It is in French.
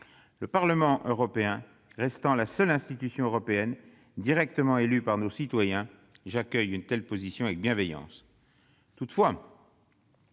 Le Parlement européen restant la seule institution européenne directement élue par les citoyens, j'accueille une telle position avec bienveillance.